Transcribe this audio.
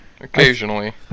Occasionally